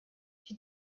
die